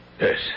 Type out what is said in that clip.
Yes